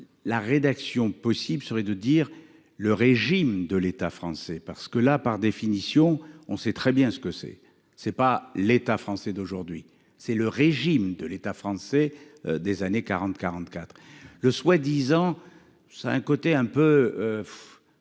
La rédaction possible serait de dire, le régime de l'état français parce que là, par définition, on sait très bien ce que c'est, c'est pas l'état français d'aujourd'hui, c'est le régime de l'état français des années 40 44, le soi-disant ça a un côté un peu.